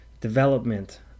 development